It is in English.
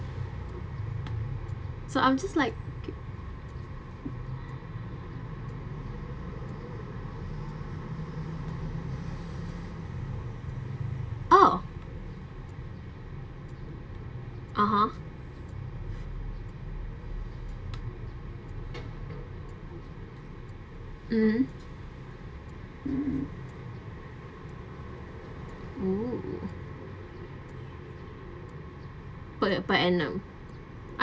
so I'm just like orh (uh huh) mmhmm !woo! put it per annum